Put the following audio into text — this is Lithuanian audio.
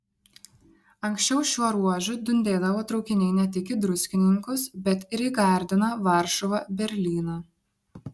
anksčiau šiuo ruožu dundėdavo traukiniai ne tik į druskininkus bet ir į gardiną varšuvą berlyną